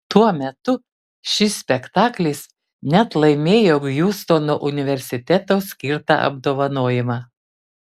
tuo metu šis spektaklis net laimėjo hjustono universiteto skirtą apdovanojimą